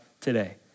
today